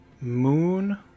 moon